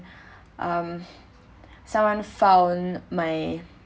um someone found my